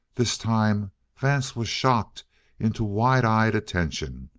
this time vance was shocked into wide-eyed attention.